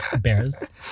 bears